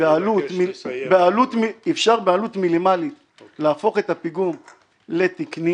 בעלות מינימלית להפוך את הפיגום לתקני,